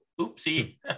oopsie